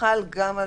חל גם על